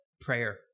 prayer